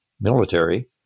military